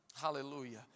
Hallelujah